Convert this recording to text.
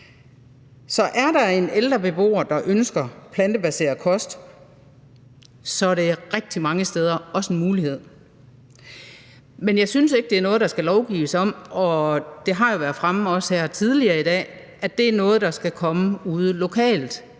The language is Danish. Så er der en ældre beboer, der ønsker plantebaseret kost, er det rigtig mange steder også en mulighed. Men jeg synes ikke, det er noget, der skal lovgives om, og det har jo været fremme også her tidligere i dag, at det er noget, der skal komme ude lokalt.